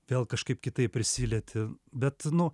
vėl kažkaip kitaip prisilieti bet nu